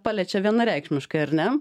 paliečia vienareikšmiškai ar ne